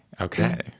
Okay